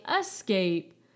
Escape